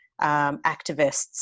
activists